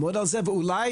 ואז,